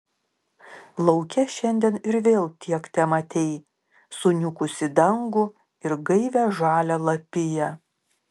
lauke šiandien ir vėl tiek tematei suniukusį dangų ir gaivią žalią lapiją